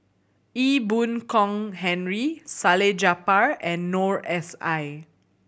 Ee Boon Kong Henry Salleh Japar and Noor S I